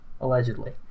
Allegedly